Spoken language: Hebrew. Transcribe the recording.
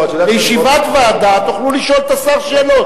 בישיבת ועדה תוכלו לשאול את השר שאלות.